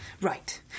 Right